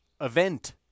Event